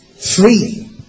Free